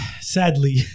sadly